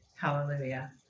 Hallelujah